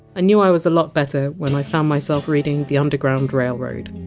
ah knew i was a lot better when i found myself reading the underground railroad